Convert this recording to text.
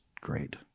great